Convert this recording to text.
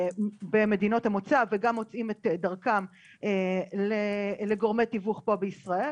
במדינות המוצא וגם מוצאים את דרכם לגורמי תיווך פה בישראל.